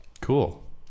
cool